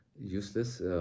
useless